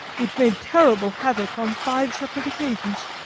which made terrible havoc on five separate occasions.